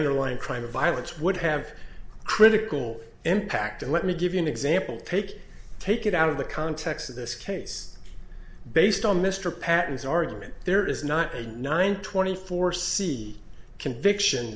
underlying crime of violence would have a critical impact and let me give you an example take take it out of the context of this case based on mr pattens argument there is not a nine twenty four c conviction